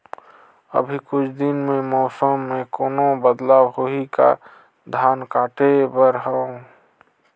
अभी कुछ दिन मे मौसम मे कोनो बदलाव होही का? धान काटे बर हवय?